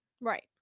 Right